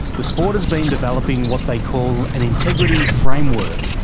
the sport has been developing what they call an integrity framework,